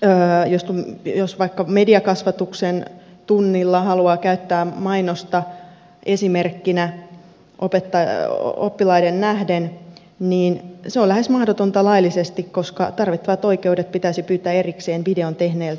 tai jos vaikka mediakasvatuksen tunnilla haluaa käyttää mainosta esimerkkinä oppilaiden nähden niin se on lähes mahdotonta laillisesti koska tarvittavat oikeudet pitäisi pyytää erikseen videon tehneeltä mainostoimistolta